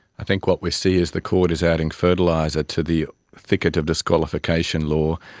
i think what we see is the court is adding fertiliser to the thicket of disqualification law,